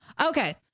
Okay